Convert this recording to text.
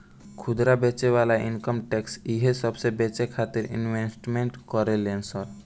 खुदरा बेचे वाला इनकम टैक्स इहे सबसे बचे खातिरो इन्वेस्टमेंट करेले सन